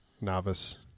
Novice